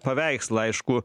paveikslą aišku